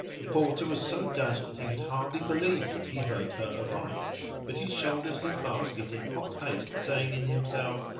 the porter was so dazzled he could hardly believe that he heard her aright, but he shouldered his basket in hot haste saying in himself,